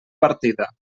partida